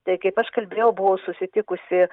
tai kaip aš kalbėjau buvau susitikusi